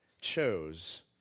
chose